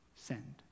send